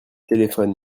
téléphone